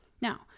Now